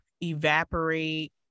evaporate